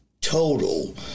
total